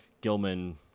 Gilman